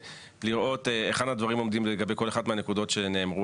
לראות היכן הדברים עובדים לגבי כל אחת מהנקודות שנאמרו